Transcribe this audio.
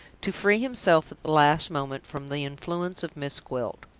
to free himself at the last moment from the influence of miss gwilt.